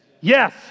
Yes